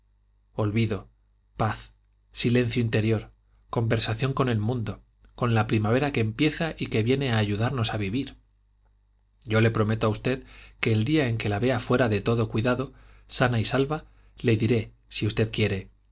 olvido paz silencio interior conversación con el mundo con la primavera que empieza y que viene a ayudarnos a vivir yo le prometo a usted que el día en que la vea fuera de todo cuidado sana y salva le diré si usted quiere